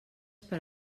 per